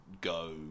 go